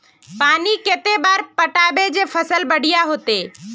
पानी कते बार पटाबे जे फसल बढ़िया होते?